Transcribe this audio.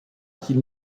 qu’ils